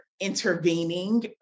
intervening